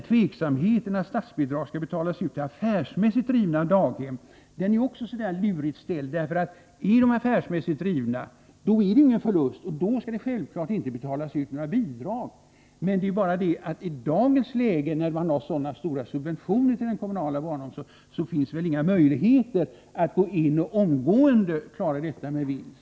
Tveksamheten inför att statsbidrag skall betalas ut till affärsmässigt drivna daghem är lurigt framförd. Är de affärsmässigt drivna blir det ingen förlust, och då skall det självfallet inte betalas ut några bidrag. I dagens läge finns det väl emellertid, med de stora subventionerna till den kommunala barnomsorgen, inga möjligheter att omgående klara detta med vinst.